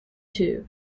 tube